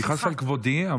אני מוחל על כבודי,